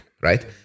right